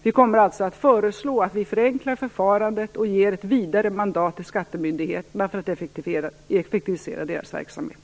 Vi kommer alltså att föreslå att vi skall förenkla förfarandet och ge ett vidare mandat till skattemyndigheterna för att effektivisera deras verksamhet.